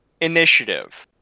initiative